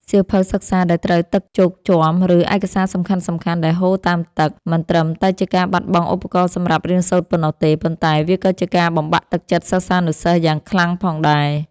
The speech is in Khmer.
សៀវភៅសិក្សាដែលត្រូវទឹកជោកជាំ ឬឯកសារសំខាន់ៗដែលហូរតាមទឹក មិនត្រឹមតែជាការបាត់បង់ឧបករណ៍សម្រាប់រៀនសូត្រប៉ុណ្ណោះទេ ប៉ុន្តែវាក៏ជាការបំបាក់ទឹកចិត្តសិស្សានុសិស្សយ៉ាងខ្លាំងផងដែរ។